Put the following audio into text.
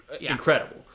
incredible